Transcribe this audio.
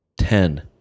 Ten